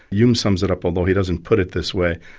hume sums it up, although he doesn't put it this way,